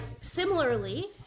similarly